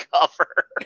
cover